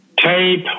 tape